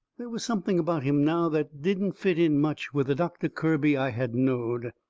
they was something about him now that didn't fit in much with the doctor kirby i had knowed.